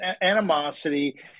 animosity